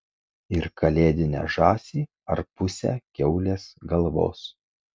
ir kalėdinę žąsį ar pusę kiaulės galvos